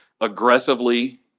aggressively